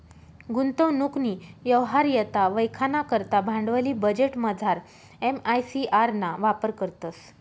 गुंतवणूकनी यवहार्यता वयखाना करता भांडवली बजेटमझार एम.आय.सी.आर ना वापर करतंस